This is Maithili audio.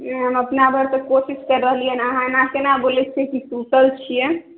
ओ अपना भरि तऽ कोशिश करि रहलियै हँ अहाँ एना केना बोलैत छियै कि सुतल छियै